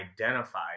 identify